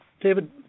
David